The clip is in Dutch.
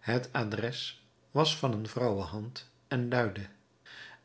het adres was van een vrouwenhand en luidde